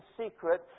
secret